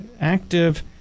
active